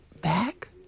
back